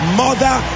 mother